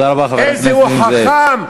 איזהו חכם?